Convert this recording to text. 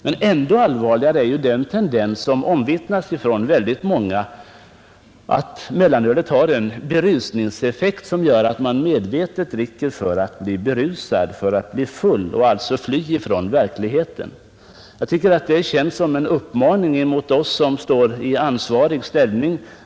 Men ännu allvarligare är en tendens som omvittnas av många, nämligen att man medvetet dricker för att bli berusad och alltså fly från verkligheten. Jag tycker att detta känns som en uppmaning till oss i ansvarig ställning.